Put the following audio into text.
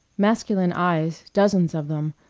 masculine eyes, dozens of them,